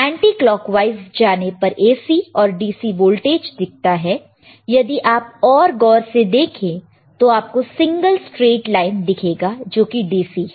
anti clock wise जाने पर AC और DC वोल्टेज दिखता है यदि आप और गौर से देखें तो आपको सिंगल स्ट्रेट लाइन दिखेगा जो कि DC है